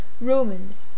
Romans